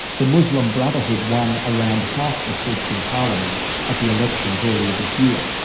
the muslim brotherhood won around half the seats in parliament at the elections earlier this year.